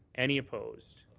any opposed?